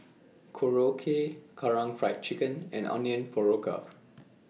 Korokke Karaage Fried Chicken and Onion Pakora